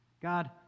God